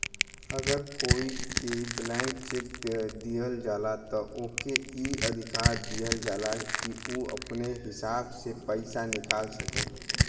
अगर कोई के ब्लैंक चेक दिहल जाला त ओके ई अधिकार दिहल जाला कि उ अपने हिसाब से पइसा निकाल सके